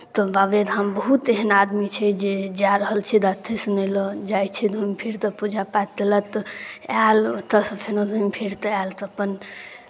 तऽ बाबेधाम बहुत एहन आदमी छै जे जा रहल छै देखय सुनय लेल जाइ छै धुमि फिरि तऽ पूजा पाठ तेलत आयल ओतयसँ फेनो धुमि फिरि तऽ आयल तऽ अपन